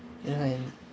ya ya